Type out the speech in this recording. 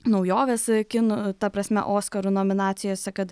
naujovės kinų ta prasme oskarų nominacijose kad